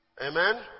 Amen